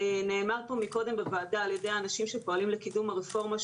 נאמר פה מקודם בוועדה על ידי האנשים שפועלים לקידום הרפורמה,